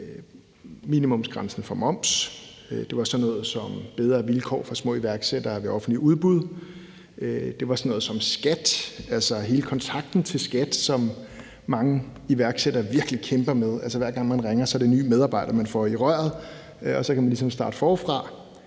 minimumsgrænsen for moms. Det er sådan noget som bedre vilkår for små iværksættere ved offentlige udbud. Det er sådan noget som skat, altså hele kontakten til skattevæsenet, som mange iværksættere virkelig kæmper med; hver gang man ringer, er det en ny medarbejder, man får i røret, og så kan man ligesom starte forfra.